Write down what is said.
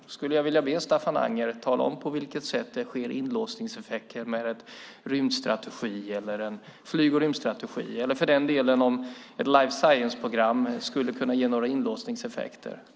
Då skulle jag vilja be Staffan Anger att tala om på vilket sätt det sker inlåsningseffekter med en rymdstrategi, en flyg och rymdstrategi eller för den delen ett life science-program.